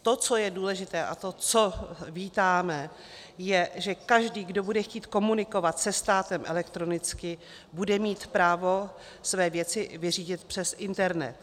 To, co je důležité, a to, co vítáme, je, že každý kdo bude chtít komunikovat se státem elektronicky, bude mít právo své věci vyřídit přes internet.